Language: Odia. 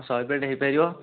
ଶହେ ପ୍ଳେଟ୍ ହେଇପାରିବ